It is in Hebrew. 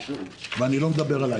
ואני לא מדבר עליי.